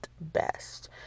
best